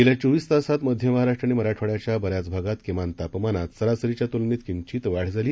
गेल्या चोवीस तासात मध्य महाराष्ट्र आणि मराठवाड्याच्या बऱ्याच भागात किमान तापमानात सरासरीच्या तुलनेत किंचित वाढ झाली